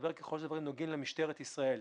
ככל שהדברים נוגעים למשטרת ישראל.